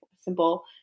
simple